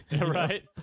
right